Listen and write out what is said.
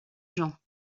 gens